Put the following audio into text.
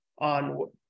on